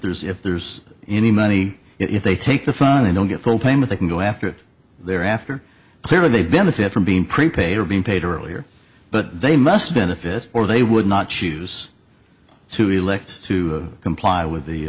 there's if there's any money if they take the fund they don't get full payment they can go after their after clear they benefit from being pre paid or being paid earlier but they must benefit or they would not choose to elect to comply with the